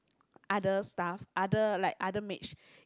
other stuff other like other mage